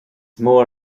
mór